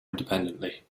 independently